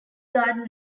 garden